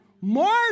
more